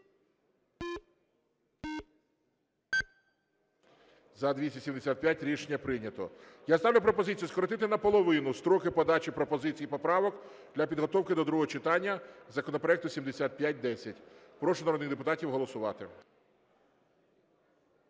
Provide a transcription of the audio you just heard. За-275 Рішення прийнято. Я ставлю пропозицію скоротити наполовину строки подачі пропозицій і поправок для підготовки до другого читання законопроекту 7510. Прошу народних депутатів голосувати.